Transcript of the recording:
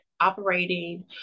operating